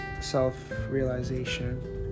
self-realization